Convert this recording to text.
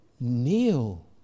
kneel